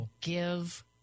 give